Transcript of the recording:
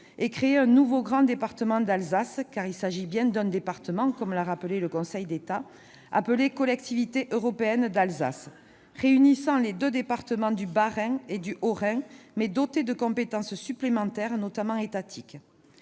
est créé un nouveau grand département d'Alsace- il s'agit bien d'un département, comme l'a rappelé le Conseil d'État -, appelé Collectivité européenne d'Alsace, réunissant les départements du Bas-Rhin et du Haut-Rhin, mais doté de compétences supplémentaires, notamment étatiques.